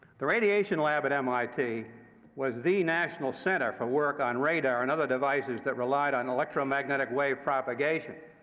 the radiation lab at mit was the national center for work on radar and other devices that relied on electromagnetic wave propagation.